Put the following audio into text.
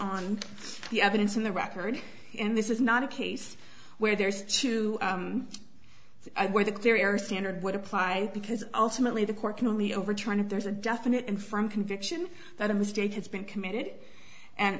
the evidence in the record and this is not a case where there is to see where the carrier standard would apply because ultimately the court can only over trying to there's a definite and from conviction that a mistake has been committed and